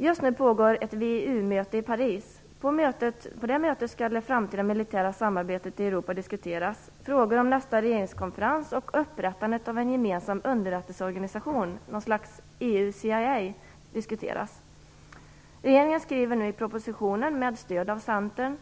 Just nu pågår ett VEU-möte i Paris. På detta möte skall det framtida militära samarbetet i Europa diskuteras. Frågor om nästa års regeringskonferens och om upprättandet av en gemensam underrättelseorganisation, ett slags EU-CIA, diskuteras. Regeringen skriver nu i propositionen - med stöd av Centern,